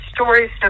stories